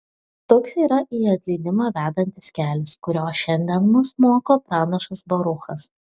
toks yra į atleidimą vedantis kelias kurio šiandien mus moko pranašas baruchas